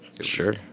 Sure